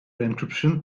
encryption